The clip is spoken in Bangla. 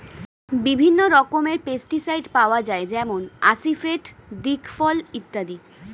বিভিন্ন রকমের পেস্টিসাইড পাওয়া যায় যেমন আসিফেট, দিকফল ইত্যাদি